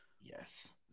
Yes